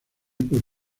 por